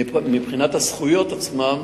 מבחינת הזכויות עצמן,